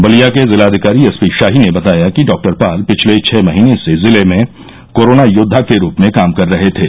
बलिया के जिला अधिकारी एस पी शाही ने बताया कि डॉक्टर पाल पिछले छह महीने से जिले में कोरोना योद्वा के रूप में काम कर रहे थे